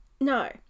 No